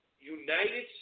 United